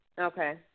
Okay